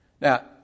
Now